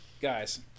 guys